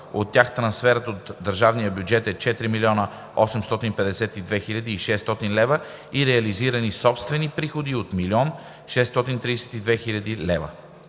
от тях трансферът от държавния бюджет е 4 852 600 лв. и реализирани собствени приходи от 1 632 000 лв.